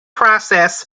process